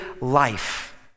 life